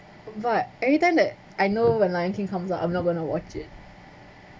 but every time that I know when lion king comes out I'm not going to watch it